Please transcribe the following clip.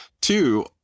Two-